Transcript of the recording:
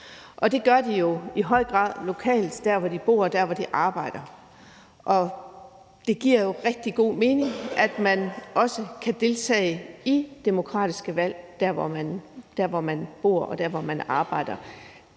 Det gør de jo i høj grad lokalt der, hvor de bor, og der, hvor de arbejder, og det giver rigtig god mening, at man også kan deltage i demokratiske valg der, hvor man bor, og der, hvor man arbejder.